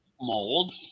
mold